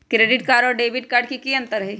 Credit card और debit card में की अंतर हई?